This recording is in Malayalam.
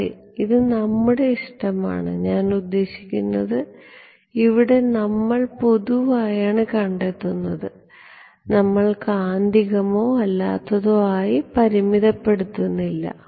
അതെ ഇത് നമ്മുടെ ഇഷ്ടമാണ് ഞാൻ ഉദ്ദേശിക്കുന്നത് ഇവിടെ നമ്മൾ പൊതുവായാണ് കണ്ടെത്തുന്നത് നമ്മൾ കാന്തികമോ അല്ലാത്തതോ ആയി പരിമിതപ്പെടുന്നില്ല